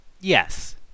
Yes